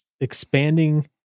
expanding